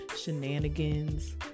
shenanigans